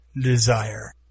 desire